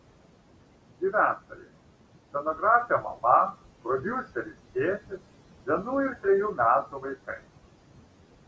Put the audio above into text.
gyventojai scenografė mama prodiuseris tėtis vienų ir trejų metų vaikai